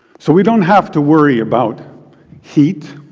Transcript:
so, we don't have to worry about heat.